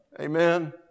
Amen